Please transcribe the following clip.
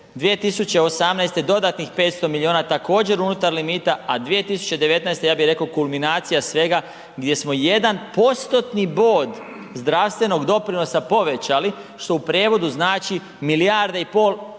2018. dodatnih 500 milijuna također unutar limita, a 2019. ja bi reko kulminacija svega gdje smo jedan postotni bod zdravstvenog doprinosa povećali, što u prijevodu znači 1,5 milijarda,